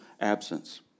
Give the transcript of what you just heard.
absence